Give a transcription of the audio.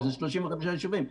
כי זה 35 יישובים.